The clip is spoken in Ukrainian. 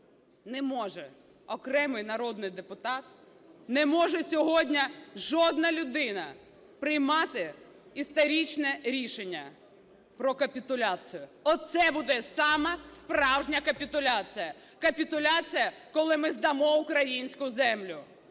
не може окремий народний депутат, не може сьогодні жодна людина приймати історичне рішення про капітуляцію. Оце буде сама справжня капітуляція. Капітуляція, коли ми здамо українську землю.